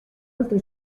oltre